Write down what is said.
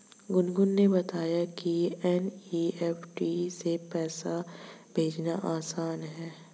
गुनगुन ने बताया कि एन.ई.एफ़.टी से पैसा भेजना आसान है